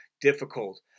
difficult